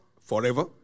forever